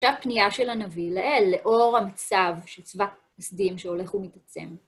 עכשיו פנייה של הנביא לאל, לאור המצב של צבא חסדים שהולכו מתעצם.